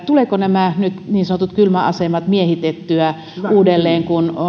tuleeko nyt nämä niin sanotut kylmäasemat miehitettyä uudelleen kun